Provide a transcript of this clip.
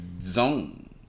zone